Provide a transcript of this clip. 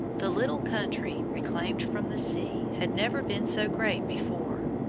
the little country reclaimed from the sea had never been so great before.